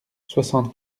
soixante